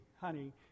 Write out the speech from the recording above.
honey